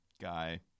guy